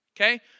Okay